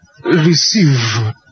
Receive